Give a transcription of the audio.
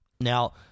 Now